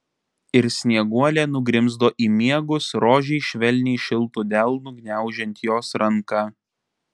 ir snieguolė nugrimzdo į miegus rožei švelniai šiltu delnu gniaužiant jos ranką